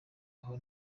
aho